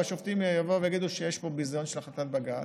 והשופטים יבואו ויגידו שיש פה ביזיון של החלטת בג"ץ,